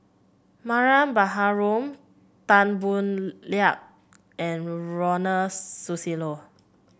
Mariam Baharom Tan Boo Liat and Ronald Susilo